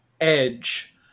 edge